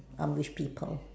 I'm with people